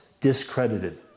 discredited